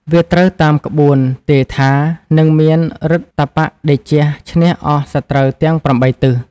វាត្រូវតាមក្បួន ទាយថា នឹងមានឫទ្ធតបៈតេជះឈ្នះអស់សត្រូវទាំង ៨ ទិស "